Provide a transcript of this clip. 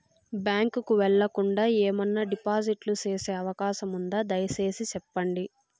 Bank కు వెళ్లకుండా, ఏమన్నా డిపాజిట్లు సేసే అవకాశం ఉందా, దయసేసి సెప్పండి?